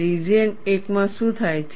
region 1 માં શું થાય છે